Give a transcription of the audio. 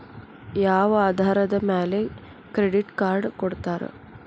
ಯಾವ ಆಧಾರದ ಮ್ಯಾಲೆ ಕ್ರೆಡಿಟ್ ಕಾರ್ಡ್ ಕೊಡ್ತಾರ?